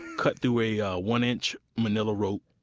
cut through a ah one-inch manila rope.